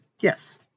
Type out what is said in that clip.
Yes